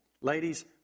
ladies